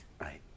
Right